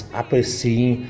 apreciem